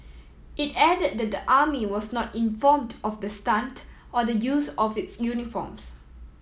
it added that the army was not informed of the stunt or the use of its uniforms